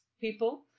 people